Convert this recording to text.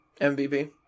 MVP